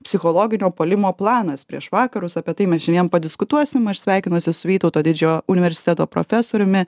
psichologinio puolimo planas prieš vakarus apie tai mes šiandien padiskutuosim aš sveikinuosi su vytauto didžiojo universiteto profesoriumi